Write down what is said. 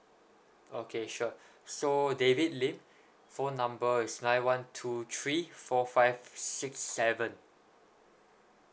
okay sure so david lim phone number is nine one two three four five six seven